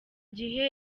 gihe